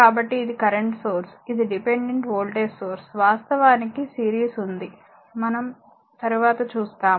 కాబట్టి ఇది current source ఇది డిపెండెంట్ వోల్టేజ్ సోర్స్ వాస్తవానికి సిరీస్ ఉంది మనం తరువాత చూస్తాము